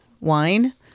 wine